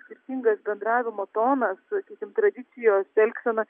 skirtingas bendravimo tonas sakykim tradicijos elgsena